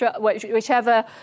whichever